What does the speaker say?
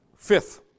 Fifth